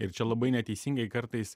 ir čia labai neteisingai kartais